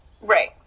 Right